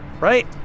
right